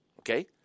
okay